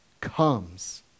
comes